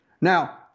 Now